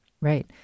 Right